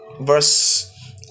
verse